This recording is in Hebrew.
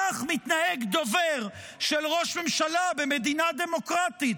כך מתנהג דובר של ראש ממשלה במדינה דמוקרטית,